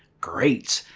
great.